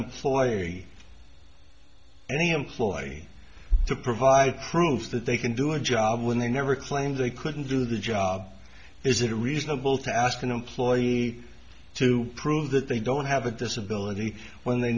employee any employee to provide proof that they can do it job when they never claimed they couldn't do the job is it reasonable to ask an employee to prove that they don't have a disability when they